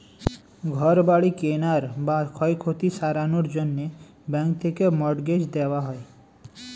ঘর বাড়ি কেনার বা ক্ষয়ক্ষতি সারানোর জন্যে ব্যাঙ্ক থেকে মর্টগেজ দেওয়া হয়